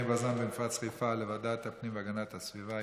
בז"ן במפרץ חיפה לוועדת הפנים והגנת הסביבה,